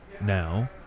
Now